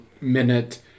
minute